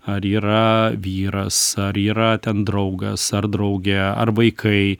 ar yra vyras ar yra ten draugas ar draugė ar vaikai